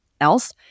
else